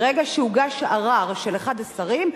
ברגע שהוגש ערר של אחד השרים,